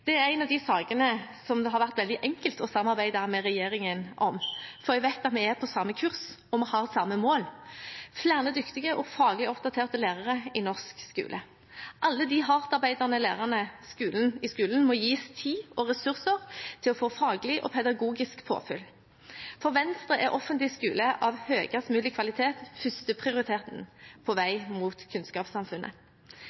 Det er en av de sakene som det har vært veldig enkelt å samarbeide med regjeringen om, for jeg vet at vi er på samme kurs, og vi har samme mål: flere dyktige og faglig oppdaterte lærere i norsk skole. Alle de hardtarbeidende lærerne i skolen må gis tid og ressurser til å få faglig og pedagogisk påfyll. For Venstre er en offentlig skole av høyest mulig kvalitet førsteprioriteten på